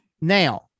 Now